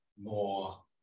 more